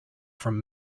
from